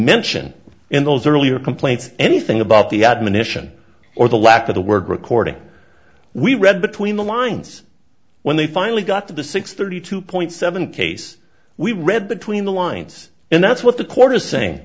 mention in those earlier complaints anything about the admonition or the lack of the work recording we read between the lines when they finally got to the six thirty two point seven case we read between the lines and that's what the court is saying